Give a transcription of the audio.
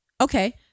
okay